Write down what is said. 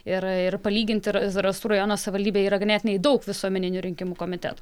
ir ir palygint ir zarasų rajono savivaldybėje yra ganėtinai daug visuomeninių rinkimų komitetų